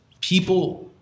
people